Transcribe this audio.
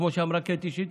כמו שאמרה קטי שטרית,